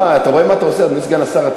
אתה רואה מה אתה עושה, אדוני סגן השר?